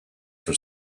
for